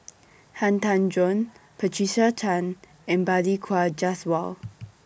Han Tan Juan Patricia Chan and Balli Kaur Jaswal